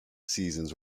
seasons